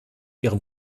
ihrem